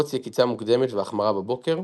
נפוץ יקיצה מוקדמת והחמרה בבוקר.